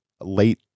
late